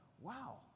wow